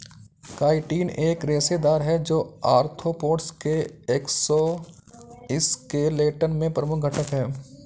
chitin एक रेशेदार है, जो आर्थ्रोपोड्स के एक्सोस्केलेटन में प्रमुख घटक है